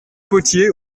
potier